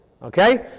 Okay